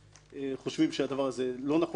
חושבים שזה שגוי.